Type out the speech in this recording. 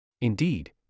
Indeed